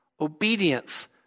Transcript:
obedience